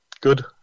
Good